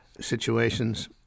situations